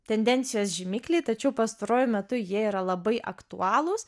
tendencijos žymikliai tačiau pastaruoju metu jie yra labai aktualūs